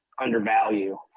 undervalue